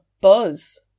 buzz